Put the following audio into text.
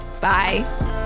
Bye